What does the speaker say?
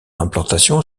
implantation